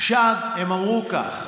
הם אמרו כך: